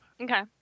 Okay